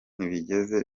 ntibigeze